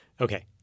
Okay